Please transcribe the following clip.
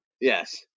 Yes